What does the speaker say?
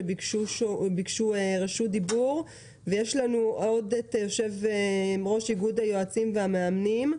שביקש רשות דיבור וכן ראש איגוד היועצים והמאמנים,